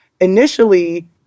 initially